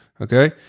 okay